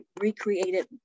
recreated